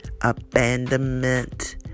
abandonment